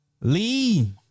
Lee